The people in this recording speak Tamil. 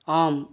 ஆம்